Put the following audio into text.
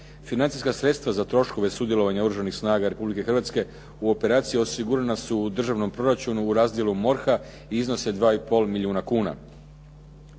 Financijska sredstva za troškova sudjelovanja Oružanih snaga Republike Hrvatske u operaciji osigurana su u državnom proračunu u razdjelu MORH-a i iznose 2,5 milijuna kuna.